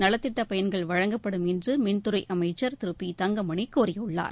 நலத்திட்ட பயன்கள் வழங்கப்படும் என்று மின்துறை அமைச்சர் திரு பி தங்கமணி கூறியுள்ளார்